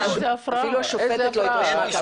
אפילו השופטת לא התרשמה כך.